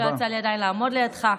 לא יצא לי עדיין לעמוד לידך.